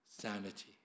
sanity